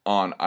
on